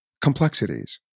complexities